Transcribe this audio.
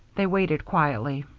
they waited quietly.